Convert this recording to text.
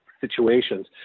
Situations